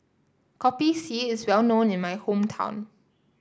Kopi C is well known in my hometown